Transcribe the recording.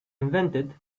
invented